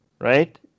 right